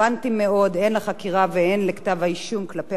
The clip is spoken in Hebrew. הן לחקירה והן לכתב-האישום כלפי הפוגעים.